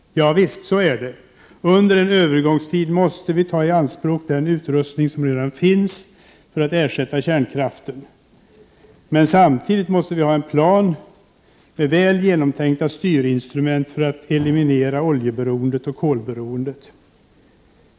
Ja, så är det. Under en övergångsperiod måste vi ta i anspråk den utrustning som redan finns för att ersätta kärnkraften. Men samtidigt måste vi ha en plan med väl genomtänkta styrinstrument för att eliminera oljeberoendet och kolberoendet.